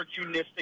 Opportunistic